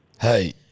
hey